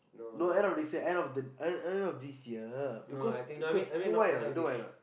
no end of next year end of the end of end of this year because because you know why or not you know why or not